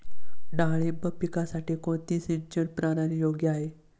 डाळिंब पिकासाठी कोणती सिंचन प्रणाली योग्य आहे?